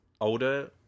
older